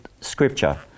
Scripture